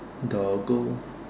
dog go